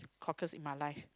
cockles in my life